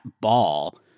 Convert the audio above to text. ball